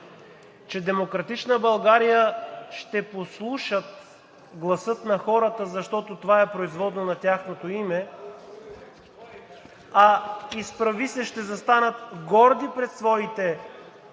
че „Демократична България“ ще послушат гласа на хората, защото това е производ на тяхното име, а „Изправи се!“ ще застанат горди пред своите